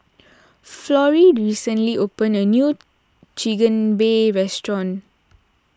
Florie recently opened a new Chigenabe restaurant